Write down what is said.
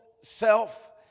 self